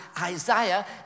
Isaiah